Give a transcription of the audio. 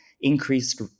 increased